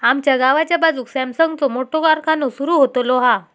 आमच्या गावाच्या बाजूक सॅमसंगचो मोठो कारखानो सुरु होतलो हा